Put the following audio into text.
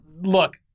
look